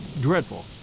dreadful